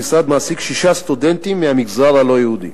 המשרד מעסיק שישה סטודנטים מהמגזר הלא-יהודי.